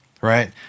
right